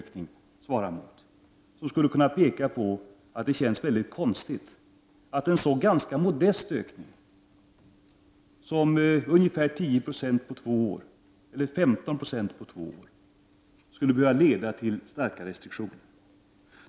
Dessa länder skulle kunna peka på att de känns väldigt konstigt att en så ganska modest ökning som ungefär 15 Jo på två år skulle behöva leda till starka restriktioner.